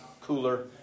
cooler